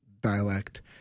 dialect